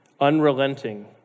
unrelenting